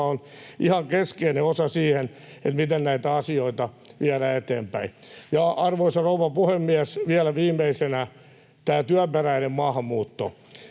on ihan keskeinen osa siihen, miten näitä asioita viedään eteenpäin. Arvoisa rouva puhemies! Vielä viimeisenä tämä työperäinen maahanmuutto.